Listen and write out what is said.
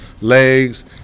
legs